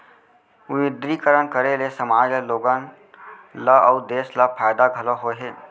विमुद्रीकरन करे ले समाज ल लोगन ल अउ देस ल फायदा घलौ होय हे